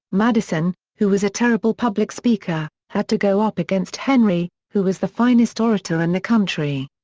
madison, who was a terrible public speaker, had to go up against henry who was the finest orator in the country.